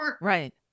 Right